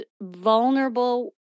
vulnerable